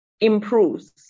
improves